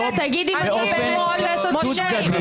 אבל תדייק עצמאית לא ------ מחמאות,